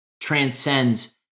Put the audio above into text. transcends